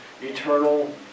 eternal